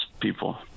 people